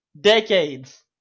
decades